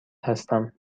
هستم